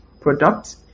product